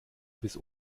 bis